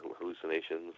hallucinations